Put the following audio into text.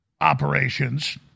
operations